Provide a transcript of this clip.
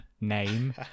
name